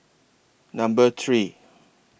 Number three